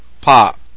Pop